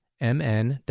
mn